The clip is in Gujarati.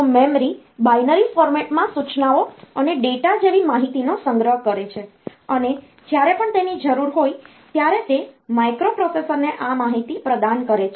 તો મેમરી બાઈનરી ફોર્મેટમાં સૂચનાઓ અને ડેટા જેવી માહિતીનો સંગ્રહ કરે છે અને જ્યારે પણ તેની જરૂર હોય ત્યારે તે માઇક્રોપ્રોસેસરને આ માહિતી પ્રદાન કરે છે